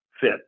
fit